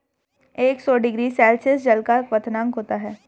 एक सौ degree Celsius जल का क्वथनांक होता है